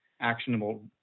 actionable